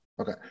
Okay